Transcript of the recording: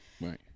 Right